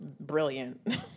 brilliant